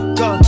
go